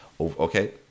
okay